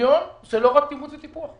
ושוויון זה לא רק תמרוץ וטיפוח.